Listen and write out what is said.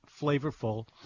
flavorful